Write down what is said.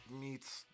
meets